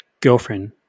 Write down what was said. girlfriend